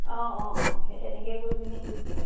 অঁ অঁ অঁ সেই তেনেকে কৰি পিনে গুছি